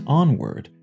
onward